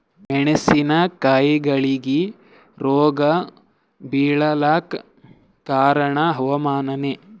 ಮೆಣಸಿನ ಕಾಯಿಗಳಿಗಿ ರೋಗ ಬಿಳಲಾಕ ಕಾರಣ ಹವಾಮಾನನೇ?